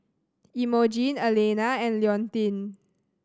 Emogene Elaina and Leontine